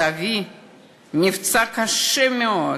סבי נפצע קשה מאוד.